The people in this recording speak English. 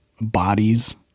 bodies